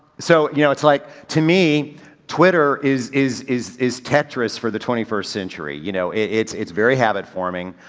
so you know it's like to me twitter is, is, is, is tetris for the twenty first century, you know. it's it's very habit forming.